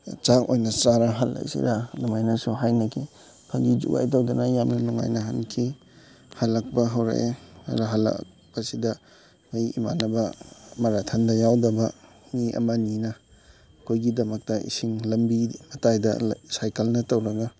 ꯆꯥꯛ ꯑꯣꯏꯅ ꯆꯥꯔ ꯍꯜꯂꯁꯤꯔꯥ ꯑꯗꯨꯃꯥꯏꯅꯁꯨ ꯍꯥꯏꯅꯈꯤ ꯐꯥꯒꯤ ꯖꯣꯒꯥꯏ ꯇꯧꯗꯅ ꯌꯥꯝꯅ ꯅꯨꯡꯉꯥꯏꯅ ꯍꯟꯈꯤ ꯍꯜꯂꯛꯄ ꯍꯧꯔꯛꯑꯦ ꯑꯗ ꯍꯜꯂꯛꯄꯁꯤꯗ ꯑꯩ ꯏꯃꯥꯟꯅꯕ ꯃꯔꯥꯊꯟꯗ ꯌꯥꯎꯗꯕ ꯃꯤ ꯑꯃꯅꯤꯅ ꯑꯩꯈꯣꯏꯒꯤꯗꯃꯛꯇ ꯏꯁꯤꯡ ꯂꯝꯕꯤ ꯃꯇꯥꯏꯗ ꯁꯥꯏꯀꯜꯗ ꯇꯧꯔꯒ